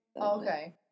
Okay